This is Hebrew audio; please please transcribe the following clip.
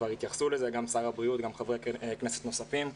כבר התייחסו לזה שר הבריאות וחברי כנסת נוספים.